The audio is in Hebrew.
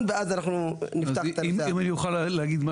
בסוגיית נוהל פתיחה באש יש איזשהו שיח בנושא הזה כדי להרתיע יותר,